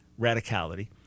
radicality